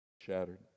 shattered